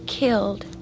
killed